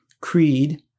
creed